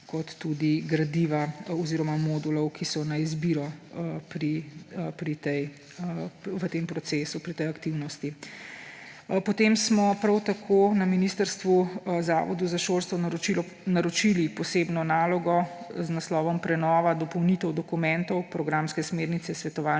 kot tudi gradiva oziroma modulov, ki so na izbiro v tem procesu, pri tej aktivnosti. Prav tako smo na ministrstvu Zavodu za šolstvo naročili posebno nalogo z naslovom Prenova, dopolnitev dokumentov programske smernice ‒ svetovalna